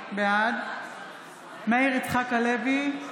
בעד מאיר יצחק הלוי,